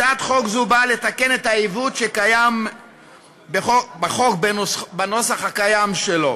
הצעת חוק זו באה לתקן את העיוות הקיים בחוק בנוסח הקיים שלו.